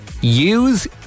use